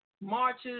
marches